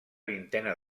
vintena